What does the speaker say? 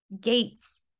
gates